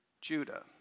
Judah